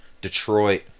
Detroit